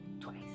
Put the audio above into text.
twice